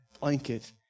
blanket